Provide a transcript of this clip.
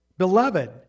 Beloved